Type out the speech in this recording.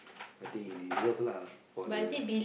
I think he deserve lah for the